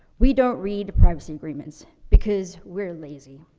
we don't read privacy agreements because we're lazy.